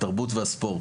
התרבות והספורט.